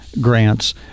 grants